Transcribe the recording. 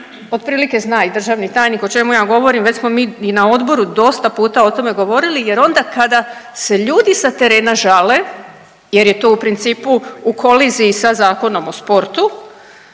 otprilike zna i državni tajnik o čemu ja govorim, već smo mi i na odboru dosta puta o tome govorili jer onda kada se ljudi sa terena žale jer je to u principu u koliziji sa Zakonom o sportu